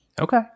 okay